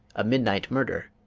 a midnight murder,